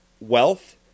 wealth